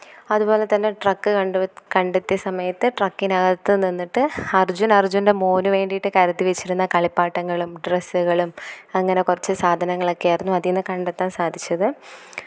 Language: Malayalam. അതുപോലെത്തന്നെ ട്രക്ക് കണ്ട് കണ്ടെത്തിയ സമയത്ത് ട്രക്കിനകത്ത് നിന്നിട്ട് അര്ജുന് അര്ജുന്റെ മോന് വേണ്ടിയിട്ട് കരുതി വെച്ചിരുന്ന കളിപ്പാട്ടങ്ങളും ഡ്രസ്സുകളും അങ്ങനെ കുറച്ച് സാധനങ്ങളൊക്കെ ആയിരുന്നു അതിൽനിന്ന് കണ്ടെത്താന് സാധിച്ചത്